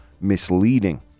misleading